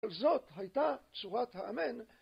זאת הייתה תשורת האמן.